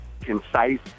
concise